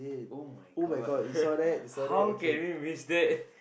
[oh]-my-god how can we miss that